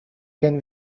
can